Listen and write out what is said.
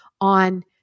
on